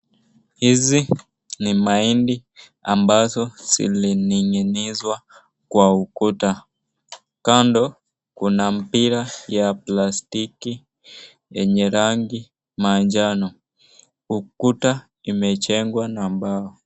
Hizi ni mahindi ambazo zilininginizwa kwa ukuta. Kando kuna mpira ya plastiki yenye rangi manjano. Ukuta imejengwa na mbao.